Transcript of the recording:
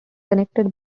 connected